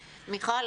מיכל,